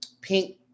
Pink